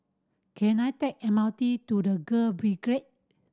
can I take M R T to The Girl Brigade